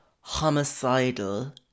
homicidal